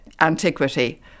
antiquity